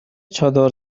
چادر